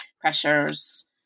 pressures